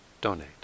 donate